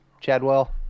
Chadwell